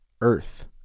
earth